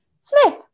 Smith